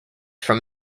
from